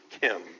Kim